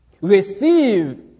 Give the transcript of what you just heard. Receive